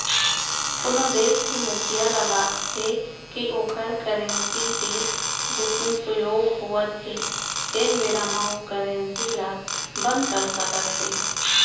कोनो देस के मुखिया ल लागथे के ओखर करेंसी के दुरूपयोग होवत हे तेन बेरा म ओ करेंसी ल बंद कर सकत हे